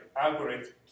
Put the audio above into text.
algorithm